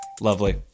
Lovely